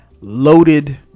loaded